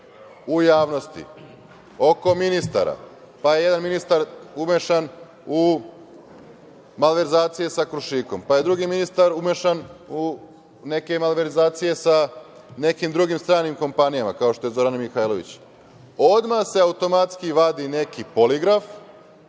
u javnosti oko ministara, pa je jedan ministar umešan u malverzacije sa „Krušikom“, pa je drugi ministar umešan u neke malverzacije sa nekim drugim stranim kompanijama kao što je Zorana Mihajlović, odmah se automatski vadi neki poligraf,